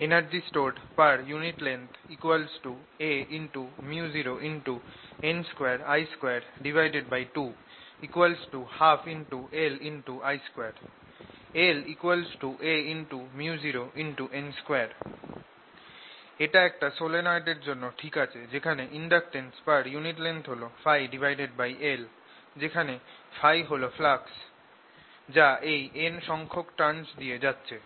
energy stored per unit length aµ0n2I22 12LI2 L aµ0n2 এটা একটা solenoid এর জন্য ঠিক আছে যেখানে ইন্ডাকটেন্স পার ইউনিট লেংথ হল Փl যেখানে Φ হল ফ্লাক্স যা এই n সংখ্যক টারন্স দিয়ে যাচ্ছে